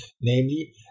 namely